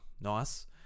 nice